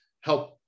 help